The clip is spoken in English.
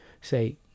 say